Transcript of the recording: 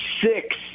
six